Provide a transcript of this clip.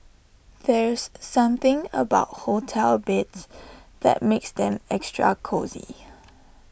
there's something about hotel beds that makes them extra cosy